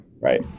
Right